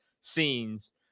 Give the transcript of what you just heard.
scenes